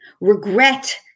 regret